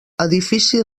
edifici